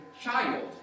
child